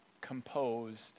composed